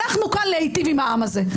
אנחנו כאן להיטיב עם העם הזה.